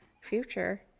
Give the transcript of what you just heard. future